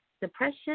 depression